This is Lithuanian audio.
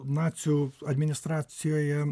nacių administracijoje